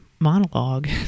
Monologue